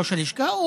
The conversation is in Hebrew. ראש הלשכה,